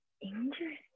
Interesting